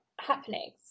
happenings